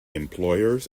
employers